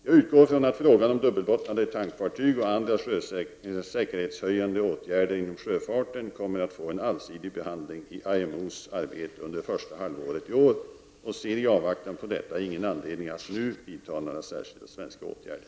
Jag utgår från att frågan om dubbelbottnade tankfartyg och andra säkerhetshöjande åtgärder inom sjöfarten kommer att få en allsidig behandling i IMO:s arbete under första halvåret i år och ser i avvaktan på detta ingen anledning att nu vidta några särskilda svenska åtgärder.